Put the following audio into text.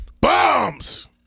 Bombs